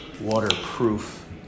waterproof